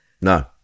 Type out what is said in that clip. No